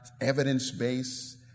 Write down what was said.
evidence-based